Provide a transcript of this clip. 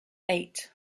eight